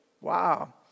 Wow